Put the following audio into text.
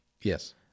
Yes